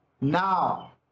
Now